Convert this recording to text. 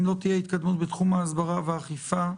אם לא תהיה התקדמות בתחום ההסברה והאכיפה,